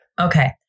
okay